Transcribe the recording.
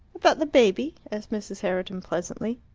about the baby? asked mrs. herriton pleasantly.